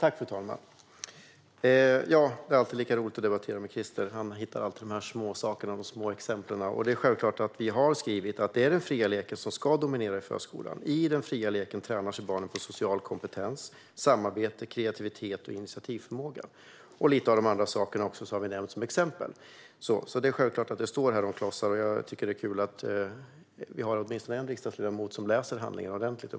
Fru talman! Det är alltid lika roligt att debattera med Christer. Han hittar de små exemplen. Vi har självklart skrivit att "det är den fria leken som ska dominera i förskolan. I den fria leken tränar sig barnen på social kompetens, samarbete, kreativitet och initiativförmåga". Vi har nämnt lite andra saker också som exempel, till exempel klossar. Det är kul att åtminstone en riksdagsledamot läser handlingarna ordentligt.